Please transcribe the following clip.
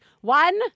One